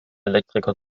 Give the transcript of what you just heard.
elektriker